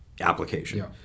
application